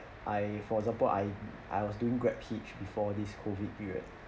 I for example I I was doing grab hitch before this COVID period